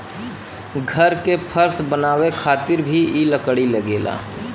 घर के फर्श बनावे खातिर भी इ लकड़ी लगेला